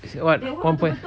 what one point